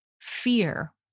fear